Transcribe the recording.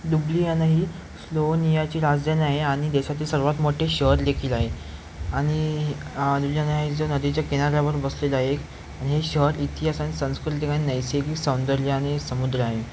Ljubljana ही स्लोवोनियाची राजधानी आहे आणि देशातील सर्वात मोठे शहर देखील आहे आणि हे जो नदीच्या किनाऱ्यावर वसलेला आहे आणि हे शहर इतिहास आणि सांस्कृतिक आणि नैसर्गिक सौंदर्य आणि समुद्र आहे